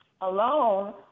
alone